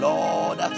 Lord